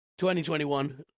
2021